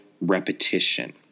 repetition